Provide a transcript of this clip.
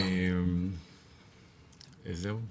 זהו.